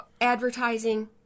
advertising